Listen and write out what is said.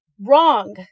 Wrong